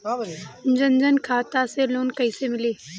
जन धन खाता से लोन कैसे मिली?